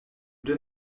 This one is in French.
deux